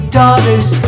daughters